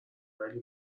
ولی